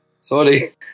sorry